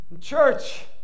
Church